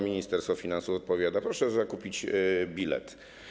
Ministerstwo Finansów odpowiada: proszę zakupić bilet.